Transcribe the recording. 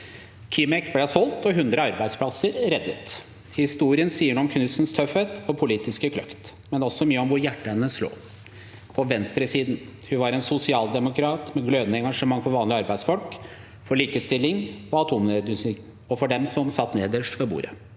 Kimek ble solgt og 100 arbeidsplasser reddet. Historien sier noe om Knudsens tøffhet og politiske kløkt, men også mye om hvor hjertet hennes lå: på venstresiden. Hun var en sosialdemokrat med glødende engasjement for vanlige arbeidsfolk, for likestilling, for atomnedrustning og for dem som satt nederst ved bordet.